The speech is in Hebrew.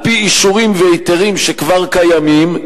על-פי אישורים והיתרים שכבר קיימים,